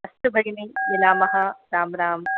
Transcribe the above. अस्तु भगिनि मिलामः रां राम्